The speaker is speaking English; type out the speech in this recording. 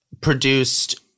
Produced